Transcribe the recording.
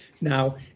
Now